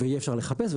ויהיה אפשר לחפש.